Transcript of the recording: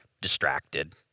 distracted